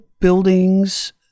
buildings